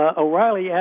O'Reilly